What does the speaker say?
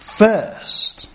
first